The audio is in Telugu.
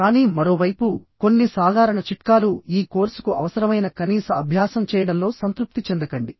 కానీ మరోవైపు కొన్ని సాధారణ చిట్కాలుః ఈ కోర్సుకు అవసరమైన కనీస అభ్యాసం చేయడంలో సంతృప్తి చెందకండి